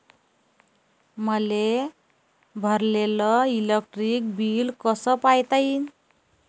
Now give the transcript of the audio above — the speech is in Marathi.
मले भरलेल इलेक्ट्रिक बिल कस पायता येईन?